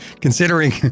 considering